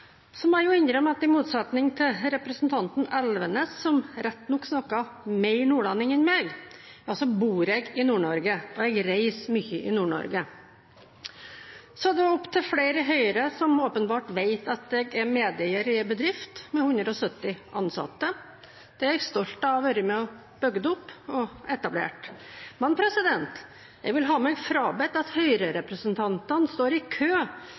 Så må jeg innrømme at i motsetning til representanten Elvenes, som rett nok snakker mer nordlending enn meg, bor jeg i Nord-Norge, og jeg reiser mye i Nord-Norge. Det er opp til flere i Høyre som åpenbart vet at jeg er medeier i en bedrift med 170 ansatte, og det er jeg stolt av å ha vært med på å bygge opp og etablert. Men jeg vil ha meg frabedt at Høyre-representantene står i kø